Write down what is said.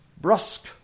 brusque